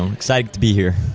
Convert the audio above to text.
um excited to be here.